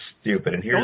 stupid